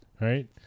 right